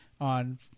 on